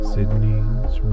Sydney's